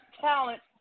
talent